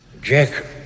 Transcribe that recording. Jack